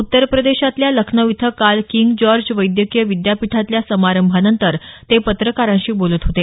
उत्तर प्रदेशातल्या लखनौ इथं काल किंग जॉर्ज वैद्यकीय विद्यापीठातल्या समारंभानंतर ते पत्रकारांशी बोलत होते